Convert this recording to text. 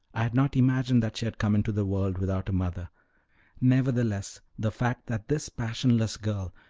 i had not imagined that she had come into the world without a mother nevertheless, the fact that this passionless girl,